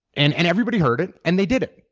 and and everybody heard it, and they did it.